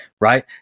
Right